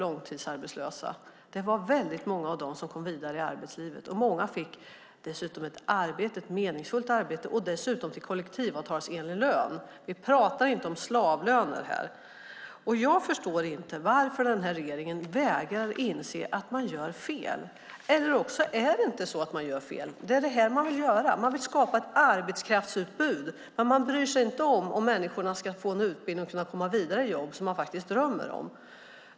Många av dem kom vidare i arbetslivet. Många fick ett meningsfullt arbete med kollektivavtalsenlig lön. Vi talar inte om slavlöner. Jag förstår inte varför regeringen vägrar inse att man gör fel. Eller så gör man inte fel; det är det här man vill göra. Man vill skapa ett arbetskraftsutbud, men man bryr sig inte om att ge människor en utbildning så att det kan komma vidare i jobb, vilket de drömmer om.